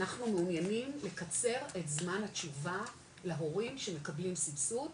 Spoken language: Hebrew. אנחנו מעוניינים לקצר את זמן התשובה להורים שמקבלים סבסוד,